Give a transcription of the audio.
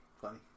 funny